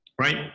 Right